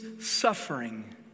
suffering